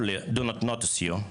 לא רואים אותך.